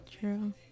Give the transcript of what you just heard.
true